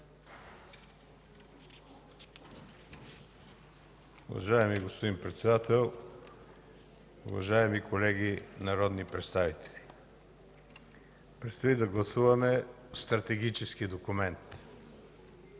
Уважаеми господин Председател, уважаеми колеги народни представители! Предстои да гласуваме стратегически документ.